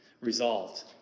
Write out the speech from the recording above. resolved